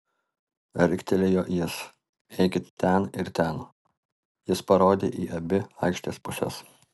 riktelėjo jis eikit ten ir ten jis parodė į abi aikštės puses